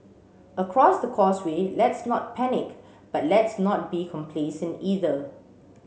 across the causeway let's not panic but let's not be complacent either